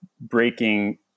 breaking